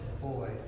boy